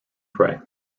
pray